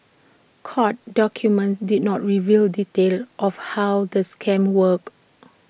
court documents did not reveal details of how the scam worked